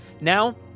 Now